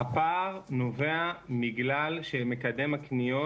הפער נובע בגלל שמקדם הקניות,